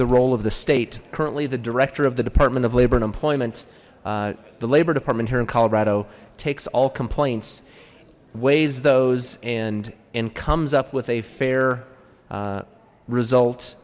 the role of the state currently the director of the department of labor and employment the labor department here in colorado takes all complaints ways those and and comes up with a fair result